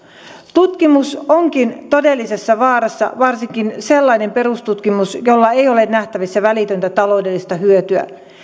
tutkimus onkin todellisessa vaarassa varsinkin sellainen perustutkimus jolla ei ole nähtävissä välitöntä taloudellista hyötyä